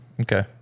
Okay